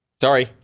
sorry